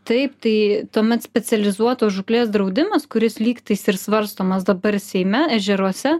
taip tai tuomet specializuotos žūklės draudimas kuris lyg tais ir svarstomas dabar seime ežeruose